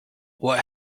what